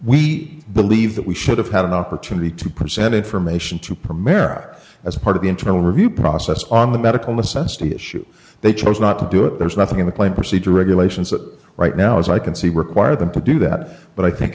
we believe that we should have had an opportunity to present information to premier as part of the internal review process on the medical necessity issue they chose not to do it there's nothing in the claim procedure regulations that right now as i can see require them to do that but i think